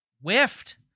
whiffed